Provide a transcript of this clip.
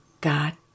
God